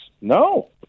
No